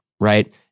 right